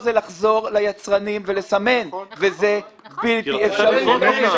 לחזור ליצרנים ולסמן וזה בלתי-אפשרי.